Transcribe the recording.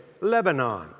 Lebanon